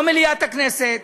לא מליאת הכנסת,